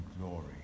glory